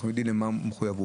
אנחנו יודעים למה הוא מחויב.